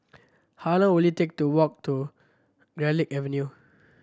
how long will it take to walk to Garlick Avenue